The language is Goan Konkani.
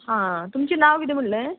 हा तुमचें नांव कितें म्हळ्ळें